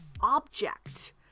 object